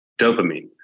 Dopamine